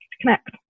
connect